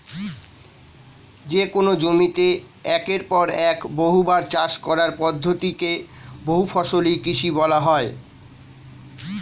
যেকোন জমিতে একের পর এক বহুবার চাষ করার পদ্ধতি কে বহুফসলি কৃষি বলা হয়